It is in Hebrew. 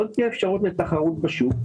לא תהיה אפשרות לתחרות בשוק,